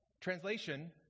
Translation